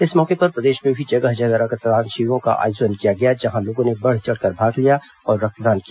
इस मौके पर प्रदेश में भी जगह जगह रक्तदान शिविरों का आयोजन किया गया जहां लोगों ने बढ चढकर भाग लिया और रक्तदान किया